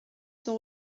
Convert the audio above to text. son